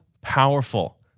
powerful